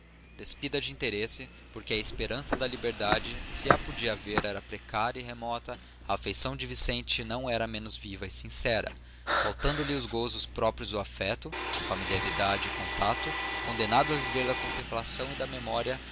despida de interesse porque a esperança da liberdade se a podia haver era precária e remota a afeição de vicente não era menos viva e sincera faltando-lhe os gozos próprios do afeto a familiaridade e o contacto condenado a viver da contemplação